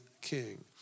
king